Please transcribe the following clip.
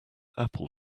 apple